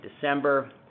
December